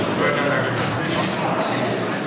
בבקשה, אדוני.